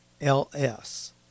LS